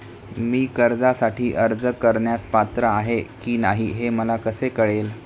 मी कर्जासाठी अर्ज करण्यास पात्र आहे की नाही हे मला कसे कळेल?